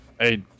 Hey